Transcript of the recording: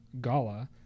Gala